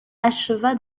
acheva